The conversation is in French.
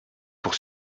pour